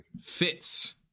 fits